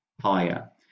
higher